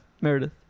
Meredith